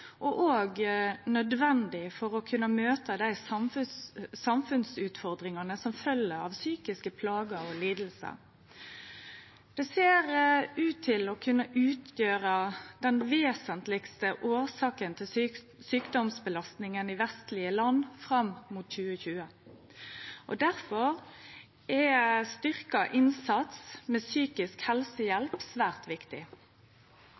og òg nødvendig for å kunne møte dei samfunnsutfordringane som følgjer av psykiske plager og lidingar. Det ser ut til å kunne utgjere den vesentlegaste årsaka til sjukdomsbelastninga i vestlege land fram mot 2020, og difor er styrkt innsats med psykisk helsehjelp svært viktig.